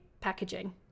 packaging